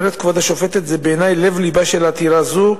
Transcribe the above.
אומרת כבוד השופטת: זה בעיני לב לבה של עתירה זו,